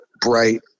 bright